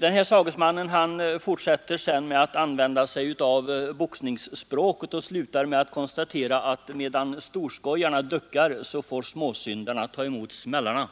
Min sagesman använde sig sedan av boxningsspråk och slutade med att konstatera att medan storskojarna duckar får småsyndare ta emot smällarna.